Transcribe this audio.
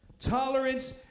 Tolerance